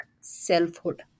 selfhood